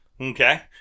Okay